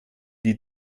die